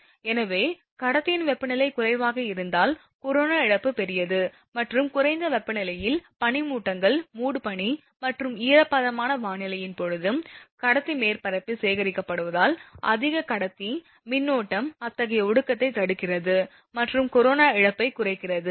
எனவே கடத்தியின் வெப்பநிலை குறைவாக இருந்தால் கொரோனா இழப்பு பெரியது மற்றும் குறைந்த வெப்பநிலையில் பனிமூட்டங்கள் மூடுபனி மற்றும் ஈரப்பதமான வானிலையின் போது கடத்தி மேற்பரப்பில் சேகரிக்கப்படுவதால் அதிக கடத்தி மின்னோட்டம் அத்தகைய ஒடுக்கத்தைத் தடுக்கிறது மற்றும் கொரோனா இழப்பைக் குறைக்கிறது